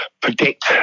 predict